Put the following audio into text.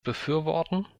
befürworten